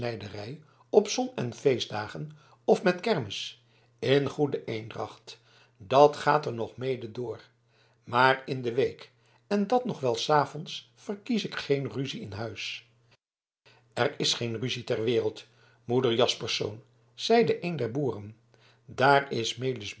op zon en feestdagen of met kermis in goede eendracht dat gaat er nog mede door maar in de week en dat nog wel s avonds verkies ik geen ruzie in huis er is geen ruzie ter wereld moeder jaspersz zeide een der boeren daar is melisbuur